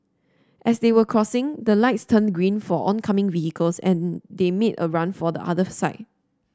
as they were crossing the lights turned green for oncoming vehicles and they made a run for the other side